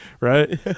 right